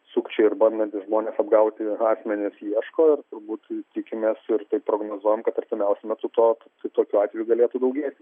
sukčiai ir bandantys žmones apgauti asmenys ieško ir turbūt tikimės ir taip prognozuojam kad artimiausiu metu to to tai tokių atveju galėtų daugėti